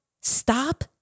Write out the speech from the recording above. Stop